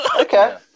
Okay